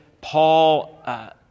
Paul